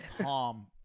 Tom